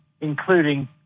including